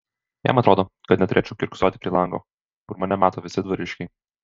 jam atrodo kad neturėčiau kiurksoti prie lango kur mane mato visi dvariškiai